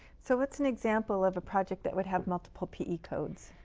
so what's an example of a project that would have multiple pe codes?